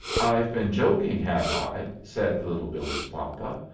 i've been joking, have i? said little billee's papa.